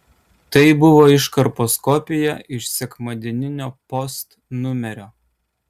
tai buvo iškarpos kopija iš sekmadieninio post numerio